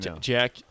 Jack